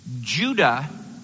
Judah